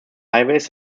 highways